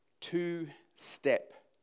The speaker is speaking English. two-step